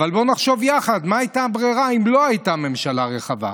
אבל בואו נחשוב יחד מה הייתה הברירה אם לא הייתה ממשלה רחבה.